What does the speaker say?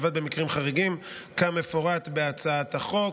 מלבד במקרים חריגים כמפורט בהצעת החוק.